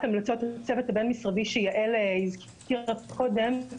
המלצת הצוות הבין-משרדי שיעל הזכירה קודם.